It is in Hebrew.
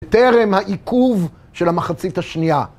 טרם העיכוב של המחצית השנייה.